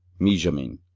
mijamin,